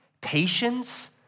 patience